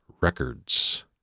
Records